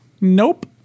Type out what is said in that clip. Nope